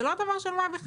זה לא דבר של מה בכך.